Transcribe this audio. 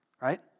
right